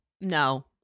No